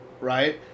Right